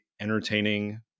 entertaining